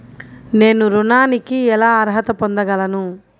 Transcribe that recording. నేను ఋణానికి ఎలా అర్హత పొందగలను?